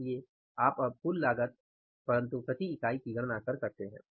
इसलिए आप अब कुल लागत परन्तु प्रति इकाई की गणना कर सकते हैं